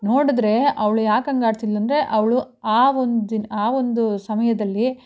ನೋಡಿದ್ರೆ ಅವಳು ಯಾಕ್ಹಂಗಾಡ್ತಿದ್ಲು ಅಂದರೆ ಅವಳು ಆ ಒಂದು ದಿನ ಆ ಒಂದು ಸಮಯದಲ್ಲಿ